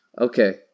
Okay